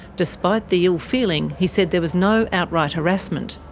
despite the ill-feeling, he said there was no outright harassment.